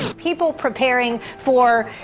people preparing for,